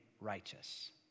righteous